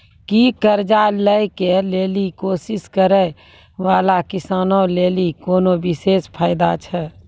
कि कर्जा लै के लेली कोशिश करै बाला किसानो लेली कोनो विशेष फायदा छै?